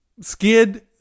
skid